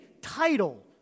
title